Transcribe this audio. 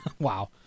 Wow